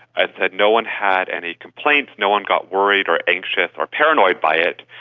i said, no one had any complaints, no one got worried or anxious or paranoid by it.